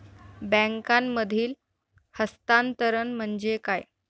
बँकांमधील हस्तांतरण म्हणजे काय?